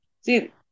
See